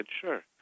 sure